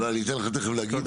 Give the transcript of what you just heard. לא, אני אתן לך תכף להגיד.